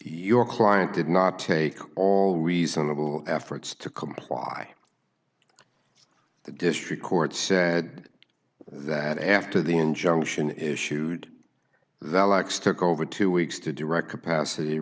your client did not take all reasonable efforts to comply the district court said that after the injunction issued the l x took over two weeks to direct capacity